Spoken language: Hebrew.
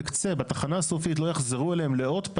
בתחנה הסופית לא יחזרו אליהם עוד,